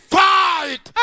fight